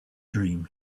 dream